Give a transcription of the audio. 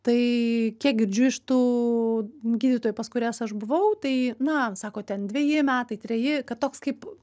tai kiek girdžiu iš tų gydytojų pas kurias aš buvau tai na sako ten dveji metai treji kad toks kaip